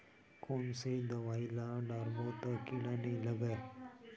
कोन से दवाई ल डारबो त कीड़ा नहीं लगय?